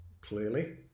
clearly